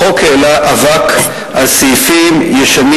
החוק העלה אבק על סעיפים ישנים